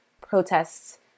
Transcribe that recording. protests